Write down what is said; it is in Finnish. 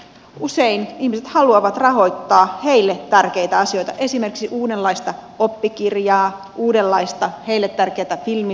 usein ihmiset haluavat rahoittaa heille tärkeitä asioita esimerkiksi uudenlaista oppikirjaa uudenlaista heille tärkeätä filmiprosessia